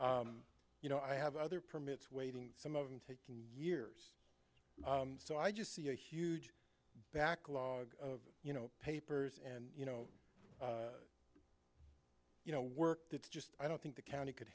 you know i have other permits waiting some of them taking years so i just see a huge backlog of you know papers and you know you know work that's just i don't think the county could